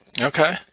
Okay